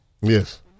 Yes